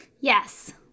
Yes